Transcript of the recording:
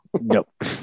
Nope